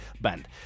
band